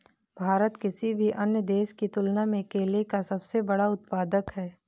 भारत किसी भी अन्य देश की तुलना में केले का सबसे बड़ा उत्पादक है